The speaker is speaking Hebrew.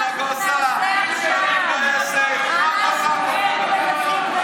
אם נגוסה היה נכנס, את לא היית מגיעה לפה.